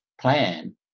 plan